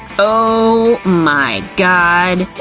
oh, my god!